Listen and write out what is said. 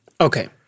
Okay